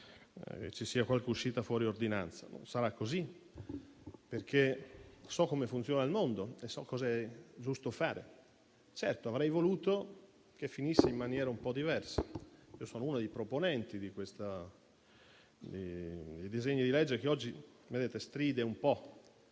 che ci sia qualche uscita fuori ordinanza. Non sarà così, perché so come funziona il mondo e so cosa è giusto fare. Certamente avrei voluto che finisse in maniera un po' diversa. Sono uno dei proponenti del disegno di legge al nostro esame e oggi stride un po'